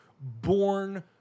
born